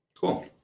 Cool